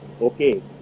Okay